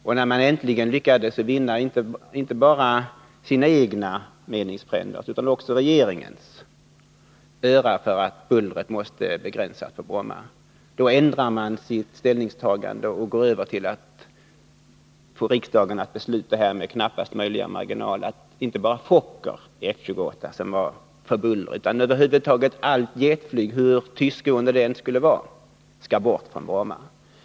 Och när man äntligen lyckades vinna inte bara sina egna utan också regeringen för att bullret på Bromma måste begränsas, ändrade man sitt ställningstagande och gick över till att få riksdagen att besluta — med knappaste möjliga marginal — att inte bara Fokker F-28, som var för bullrig, utan över huvud taget allt jetflyg, hur tystgående det än var, skulle bort från Bromma.